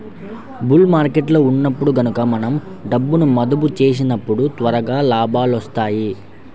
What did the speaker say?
bull మార్కెట్టులో ఉన్నప్పుడు గనక మనం డబ్బును మదుపు చేసినప్పుడు త్వరగా లాభాలొత్తాయి